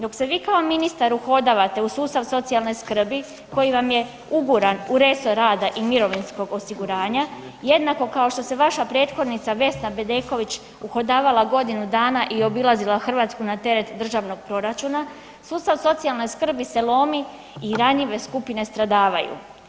Dok se vi kao ministar uhodavate u sustav socijalne skrbi, koji vam je uguran u resor rada i mirovinskog osiguranja, jednako kao što se vaša prethodnica Vesna Bedeković uhodavala godinu dana i obilazila Hrvatsku na teret državnog proračuna, sustav socijalne skrbi se lomi i ranjive skupine stradavaju.